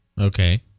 okay